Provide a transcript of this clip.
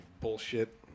Bullshit